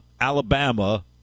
Alabama